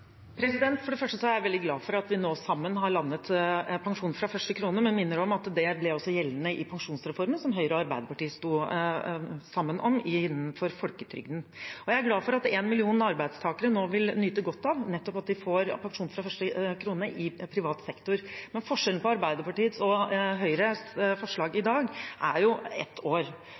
For det første er jeg veldig glad for at vi nå sammen har landet pensjon fra første krone, men jeg minner om at det også ble gjeldende i pensjonsreformen, som Høyre og Arbeiderpartiet sto sammen om, innenfor folketrygden. Jeg er glad for at én million arbeidstakere nå vil nyte godt av at de får pensjon fra første krone i privat sektor. Forskjellen på Arbeiderpartiets og Høyres forslag i dag er ett år.